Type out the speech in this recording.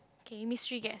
okay list three again